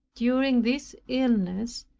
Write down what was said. during this illness,